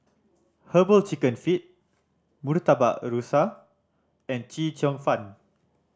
Herbal Chicken Feet Murtabak Rusa and Chee Cheong Fun